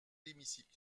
l’hémicycle